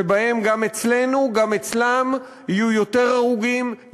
שבהם גם אצלנו גם אצלם יהיו יותר הרוגים,